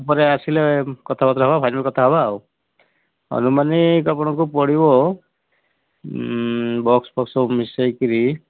ତା'ପରେ ଆସିଲେ କଥାବାର୍ତ୍ତା ହେବା ଫାଇନାଲ୍ କଥା ହେବା ଆଉ ଅନୁମାନିକ ଆପଣଙ୍କୁ ପଡ଼ିବ ବକ୍ସଫକ୍ସ ସବୁ ମିଶେଇକିରି